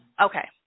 Okay